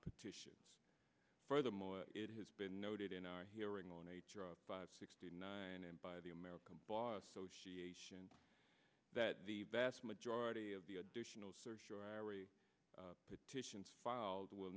petition furthermore it has been noted in our hearing on eighty five sixty nine and by the american bar association that the best majority of the additional petitions filed will